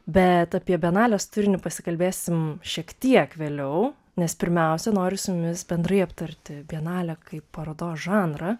bet apie bienalės turinį pasikalbėsim šiek tiek vėliau nes pirmiausia noriu su jumis bendrai aptarti bienalę kaip parodos žanrą